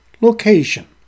Location